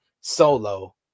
Solo